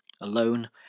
alone